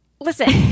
Listen